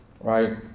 right